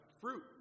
fruit